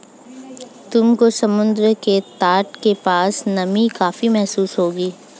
तुमको समुद्र के तट के पास नमी काफी महसूस होगी